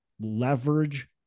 leverage